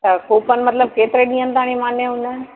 त कूपन मतलबु केतिरे ॾींहंनि ताईं मान्य हूंदा आहिनि